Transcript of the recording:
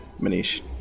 Manish